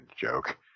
joke